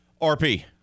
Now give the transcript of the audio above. RP